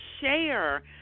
share